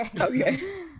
Okay